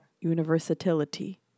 Universality